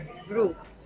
Group